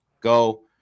go